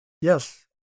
yes